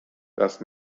das